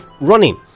running